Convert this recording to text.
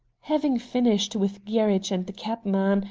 having finished with gerridge and the cab-man,